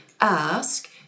ask